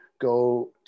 go